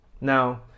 Now